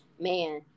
Man